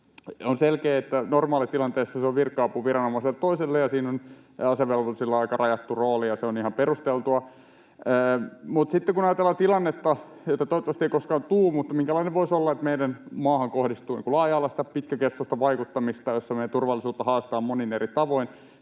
on selkeää, että normaalitilanteessa se on virka-apu viranomaiselta toiselle, ja siinä on asevelvollisilla aika rajattu rooli, ja se on ihan perusteltua, mutta sitten kun ajatellaan tilannetta — jota toivottavasti ei koskaan tule mutta jollainen voisi olla — että meidän maahamme kohdistuu laaja-alaista, pitkäkestoista vaikuttamista, jossa meidän turvallisuuttamme haastetaan monin eri tavoin,